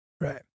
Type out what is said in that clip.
Right